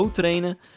trainen